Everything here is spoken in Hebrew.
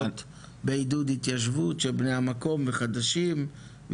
בעידוד התיישבות של בני המקום וחדשים,